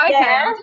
Okay